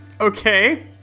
Okay